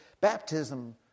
baptism